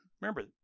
Remember